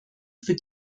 für